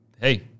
hey